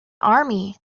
army